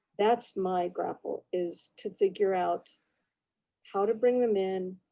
that's my grapple is to figure out how to bring them in,